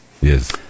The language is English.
Yes